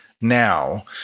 now